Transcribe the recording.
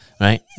Right